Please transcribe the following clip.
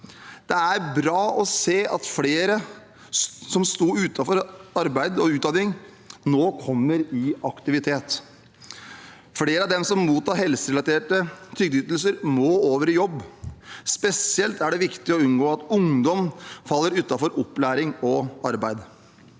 Det er bra å se at flere som sto utenfor arbeid og utdanning, nå kommer i aktivitet. Flere av dem som mottar helserelaterte trygdeytelser, må over i jobb. Spesielt er det viktig å unngå at ungdom faller utenfor opplæring og arbeid.